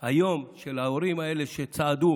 של ההורים האלה היום, שצעדו